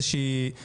לכל מיני מקומות,